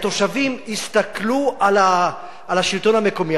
התושבים הסתכלו על השלטון המקומי,